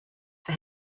for